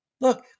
Look